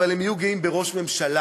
אבל הם יהיו גאים בראש ממשלה,